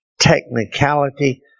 technicality